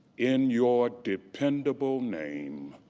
in your dependable name.